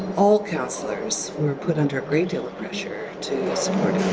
all councillors were put under a great deal of pressure to support